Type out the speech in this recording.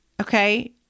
okay